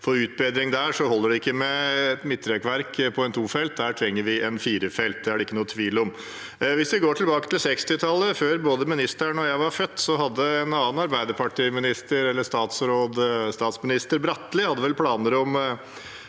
for utbedring der, holder det ikke med midtrekkverk på en tofelts vei. Der trenger vi en firefelts, det er det ikke noe tvil om. Hvis vi går tilbake til 1960-tallet, før både ministeren og jeg var født, hadde vel en annen Arbeiderpartistatsråd, statsminister Bratteli, planer om